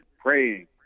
praying